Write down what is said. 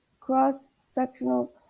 cross-sectional